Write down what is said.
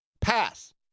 Pass